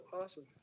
awesome